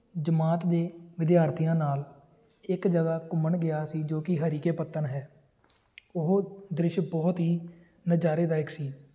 ਜਮਾਤ ਦੇ ਵਿਦਿਆਰਥੀਆਂ ਨਾਲ ਇੱਕ ਜਗ੍ਹਾ ਘੁੰਮਣ ਗਿਆ ਸੀ ਜੋ ਕਿ ਹਰੀਕੇ ਪੱਤਣ ਹੈ ਉਹ ਦ੍ਰਿਸ਼ ਬਹੁਤ ਹੀ ਨਜ਼ਾਰੇਦਾਇਕ ਸੀ